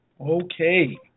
Okay